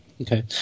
Okay